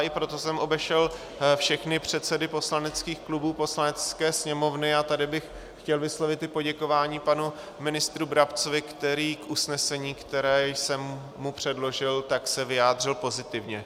I proto jsem obešel všechny předsedy poslaneckých klubů Poslanecké sněmovny, a tady bych chtěl vyslovit i poděkování panu ministru Brabcovi, který se k usnesení, které jsem mu předložil, vyjádřil pozitivně.